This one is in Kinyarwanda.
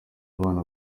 abana